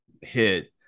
hit